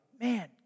man